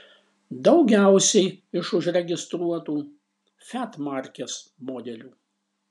daugiausiai iš užregistruotų fiat markės modelių